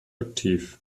aktiv